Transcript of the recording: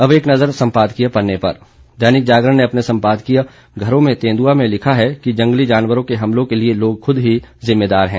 अब एक नज़र सम्पादकीय पन्ने पर दैनिक जागरण ने अपने सम्पादकीय घरों में तेंदुआ में लिखा है कि जंगली जानवरों के हमलों के लिये लोग खुद ही जिम्मेदार हैं